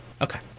Okay